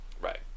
Right